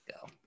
go